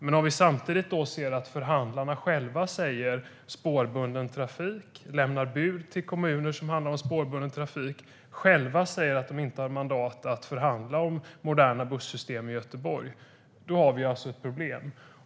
Men om vi samtidigt ser att förhandlarna säger "Spårbunden trafik! ", lämnar bud till kommuner som handlar om spårbunden trafik och själva säger att de inte har mandat att förhandla om moderna bussystem i Göteborg har vi ett problem.